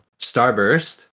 Starburst